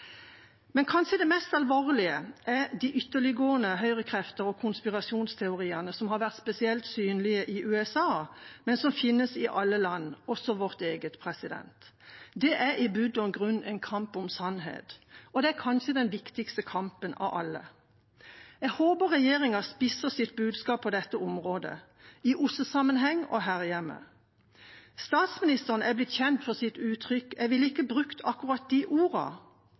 kanskje det mest alvorlige er de ytterliggående høyrekrefter og konspirasjonsteoriene som har vært spesielt synlige i USA, men som finnes i alle land, også vårt eget. Det er i bunn og grunn en kamp om sannhet, og det er kanskje den viktigste kampen av alle. Jeg håper regjeringa spisser sitt budskap på dette området, både i OSSE-sammenheng og her hjemme. Statsministeren er blitt kjent for sitt uttrykk «jeg ville ikke brukt akkurat de